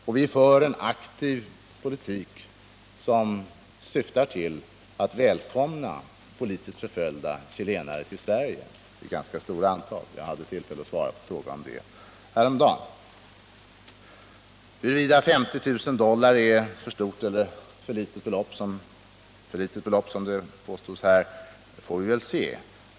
Vi för dessutom en aktiv politik som syftar till att ganska stora skaror av politiskt förföljda chilenare är välkomna till Sverige. — Jag hade f. ö. tillfälle att svara på en fråga om detta häromdagen. Huruvida 50 000 dollar är ett för stort eller ett för litet belopp, som det påstods här, får vi väl se.